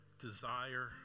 desire